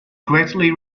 greatly